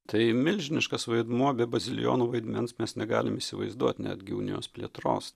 tai milžiniškas vaidmuo be bazilijonų vaidmens mes negalim įsivaizduot netgi unijos plėtros